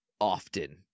often